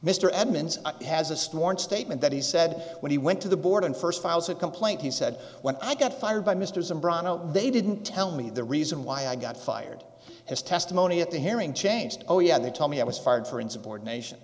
edmunds has a strong statement that he said when he went to the board and first files a complaint he said when i got fired by misters and broncho they didn't tell me the reason why i got fired his testimony at the hearing changed oh yeah they told me i was fired for insubordination